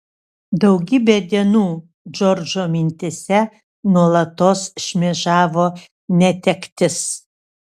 daugybę dienų džordžo mintyse nuolatos šmėžavo netektis